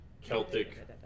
Celtic